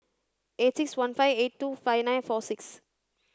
eight six one five eight two five nine four six